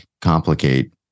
complicate